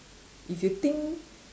if you think